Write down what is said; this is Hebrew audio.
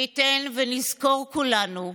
מי ייתן ונזכור כולנו,